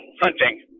hunting